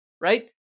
right